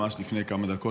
ממש לפני כמה דקות,